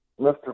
Mr